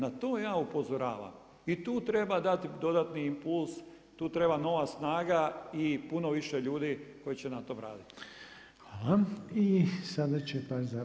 Na to ja upozoravam i tu treba dati dodatni impuls, tu treba nova snaga i puno više ljudi koji će na tome raditi.